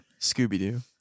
Scooby-Doo